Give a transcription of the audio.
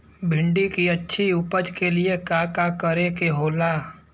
भिंडी की अच्छी उपज के लिए का का करे के होला?